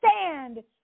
stand